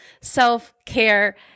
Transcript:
self-care